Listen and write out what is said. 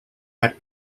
had